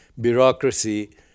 bureaucracy